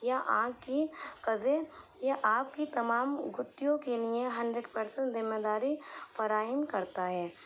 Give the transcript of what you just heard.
یا آپ کی کزن یہ آپ کی تمام گتھیوں کے نیے ہنڈریڈ پرسینٹ ذمے داری فراہم کرتا ہے